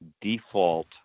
default